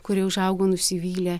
kuri užaugo nusivylė